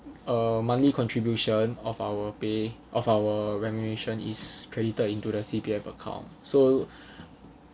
uh monthly contribution of our pay of our remuneration is credited into the C_P_F account so